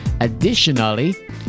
Additionally